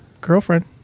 girlfriend